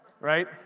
Right